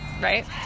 right